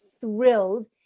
thrilled